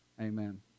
Amen